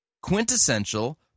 quintessential